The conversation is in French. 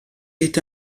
est